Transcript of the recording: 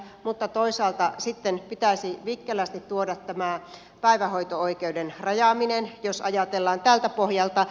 mutta toisaalta sitten pitäisi vikkelästi tuoda tämä päivähoito oikeuden rajaaminen jos ajatellaan tältä pohjalta